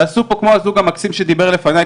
תעשו כמו הזוג המקסים פה שדיבר לפניי,